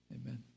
Amen